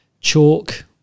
Chalk